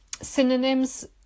Synonyms